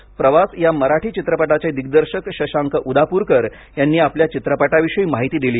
आज प्रवासया मराठी चित्रपटाचे दिग्दर्शक शशांक उदापूरकर यांनी आपल्या चित्रपटाविषयी माहिती दिली